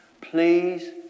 Please